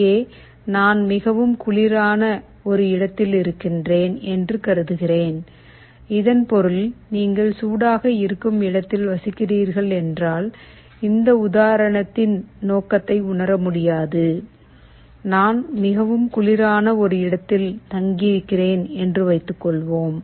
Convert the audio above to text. இங்கே நான் மிகவும் குளிரான ஒரு இடத்தில் இருக்கிறேன் என்று கருதுகிறேன் இதன் பொருள் நீங்கள் சூடாக இருக்கும் இடத்தில் வசிக்கிறீர்கள் என்றால் இந்த உதாரணத்தின் நோக்கத்தை உணர முடியாது நான் மிகவும் குளிரான ஒரு இடத்தில் தங்கியிருக்கிறேன் என்று வைத்துக்கொள்வோம்